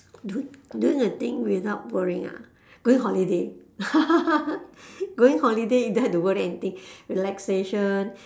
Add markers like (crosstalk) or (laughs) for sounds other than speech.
do do the thing without worrying ah going holiday (laughs) going holiday you don't have to worry anything relaxation